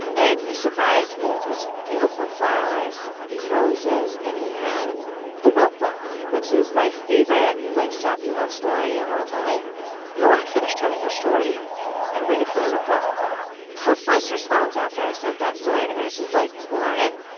and he surprised me with these beautiful flowers, these roses. and he had the notebook, which is my favorite, like, sappy love story of all time lauren finished telling her story and waited for a reply her first response after i sent that story to her, she's like, lauren?